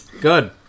Good